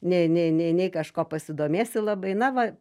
ne ne ne nei kažkuo pasidomėsi labai na va